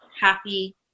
happy